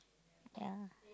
ya